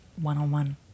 one-on-one